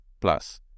Plus